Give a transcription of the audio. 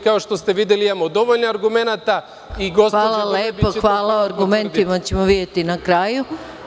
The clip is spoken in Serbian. Kao što ste videli, imamo dovoljno argumenata i, gospođo Brnabić